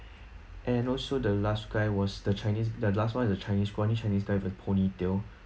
and also the last guy was the chinese the last [one] is the chinese scrawny chinese guy with ponytail